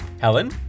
Helen